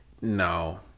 no